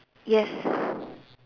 yes